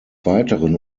weiteren